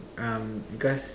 um because